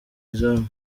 izamu